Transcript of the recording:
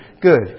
good